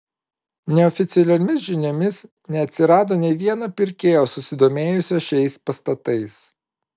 neoficialiomis žiniomis neatsirado nė vieno pirkėjo susidomėjusio šiais pastatais